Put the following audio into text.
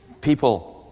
People